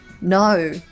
No